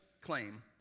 claim